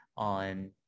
on